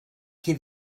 qui